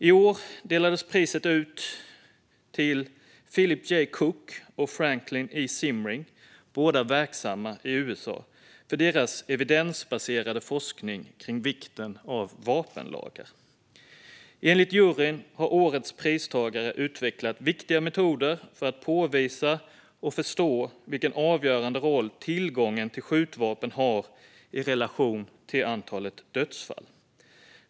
I år delades priset ut till Philip J Cook och Franklin E Zimring, båda verksamma i USA, för deras evidensbaserade forskning kring vikten av vapenlagar. Enligt juryn har årets pristagare utvecklat viktiga metoder för att påvisa och förstå vilken avgörande roll tillgången till skjutvapen har i relation till antalet dödsfall.